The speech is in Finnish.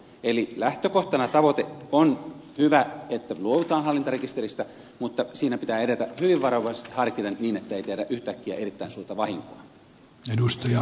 eli lähtökohtana se tavoite on hyvä että luovutaan hallintarekisteristä mutta siinä pitää edetä hyvin harkiten niin ettei tehdä yhtäkkiä erittäin suurta vahinkoa